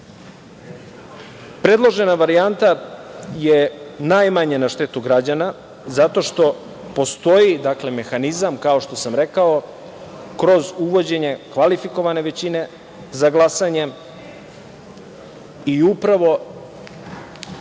parlamentu. Predložena varijanta je najmanje na štetu građana zato što postoji mehanizam, kao što sam rekao, kroz uvođenje kvalifikovane većine za glasanje i upravo